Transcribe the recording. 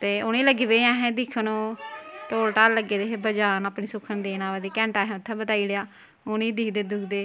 ते उनेंगी लग्गी पेइयां असें दिक्खन ओह् ढोल ढाल लग्गे दे बजान अपनी सुक्खन देन अवा दे अपना घैंटा असें उत्थें बताई ओड़ेआ उनेंगी दिखदे दुखदे